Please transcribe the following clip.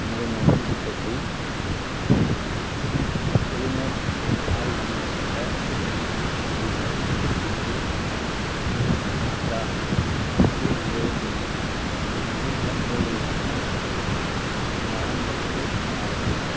எனது மொபைல் திட்டத்தை டெலிநோர் ஆல் வலங்கப்பட்ட ஒன் ஜிபி ரீசார்ஜ் திட்டத்திற்கு மாற்ற எனக்கு உதவ முடியுமா எனது தற்போதைய திட்டம் வரம்பற்று ஆகும்